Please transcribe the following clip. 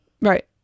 right